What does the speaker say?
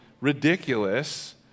ridiculous